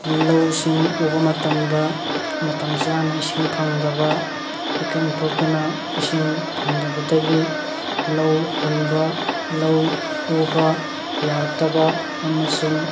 ꯂꯧꯁꯤꯡ ꯎꯕ ꯃꯇꯝꯗ ꯃꯇꯝ ꯆꯥꯅ ꯏꯁꯤꯡ ꯐꯪꯗꯕ ꯏꯀꯪ ꯊꯣꯛꯇꯨꯅ ꯏꯁꯤꯡ ꯐꯪꯗꯕꯗꯒꯤ ꯂꯧ ꯍꯨꯟꯕ ꯂꯧ ꯎꯕ ꯌꯥꯔꯛꯇꯕ ꯑꯃꯁꯨꯡ